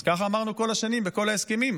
אז ככה אמרנו כל השנים בכל ההסכמים.